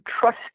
trust